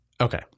Okay